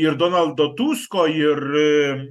ir donaldo tusko ir